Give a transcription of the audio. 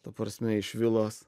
ta prasme iš vilos